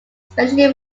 especially